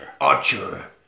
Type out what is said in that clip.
Archer